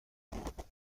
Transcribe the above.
بینمت